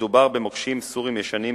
מדובר במוקשים סוריים ישנים,